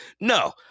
No